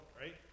right